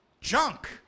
junk